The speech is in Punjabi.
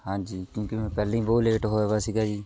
ਹਾਂਜੀ ਕਿਉਂਕਿ ਮੈਂ ਪਹਿਲਾਂ ਹੀ ਬਹੁਤ ਲੇਟ ਹੋਇਆ ਹੋਇਆ ਸੀਗਾ ਜੀ